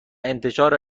انتشار